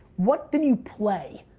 what did you play,